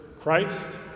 christ